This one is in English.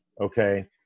okay